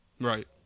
Right